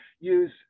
use